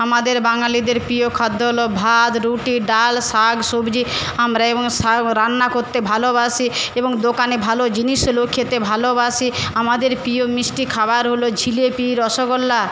আমাদের বাঙালিদের প্রিয় খাদ্য হলো ভাত রুটি ডাল শাক সবজি আমরা এবং শাক রান্না করতে ভালোবাসি এবং দোকানে ভালো জিনিস খেতে ভালোবাসে আমাদের প্রিয় মিষ্টি খাবার হলো জিলিপি রসগোল্লা